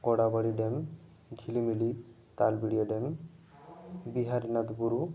Korabari dam Jhilimili Taliyariya dam Biharinath ᱵᱩᱨᱩ